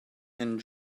and